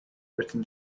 written